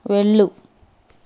వెళ్ళు